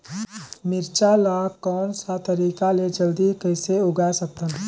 मिरचा ला कोन सा तरीका ले जल्दी कइसे उगाय सकथन?